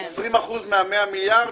20 אחוזים מה-100 מיליארד,